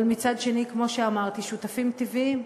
אבל מצד שני, כמו שאמרתי, שותפים טבעיים.